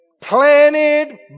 planted